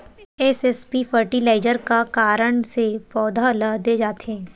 SSP fertiliser का कारण से पौधा ल दे जाथे?